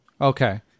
Okay